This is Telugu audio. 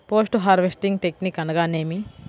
పోస్ట్ హార్వెస్టింగ్ టెక్నిక్ అనగా నేమి?